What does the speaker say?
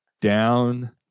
Down